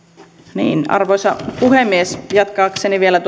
niin arvoisa puhemies jatkaakseni vielä